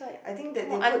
I think that they put